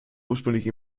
ursprünglich